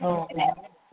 औ बयहाबो